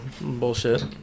Bullshit